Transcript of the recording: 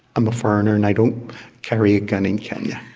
am a foreigner and i don't carry a gun in kenya,